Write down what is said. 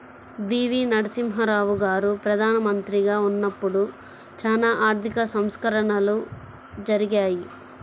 పి.వి.నరసింహారావు గారు ప్రదానమంత్రిగా ఉన్నపుడు చానా ఆర్థిక సంస్కరణలు జరిగాయి